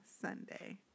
Sunday